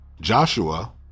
Joshua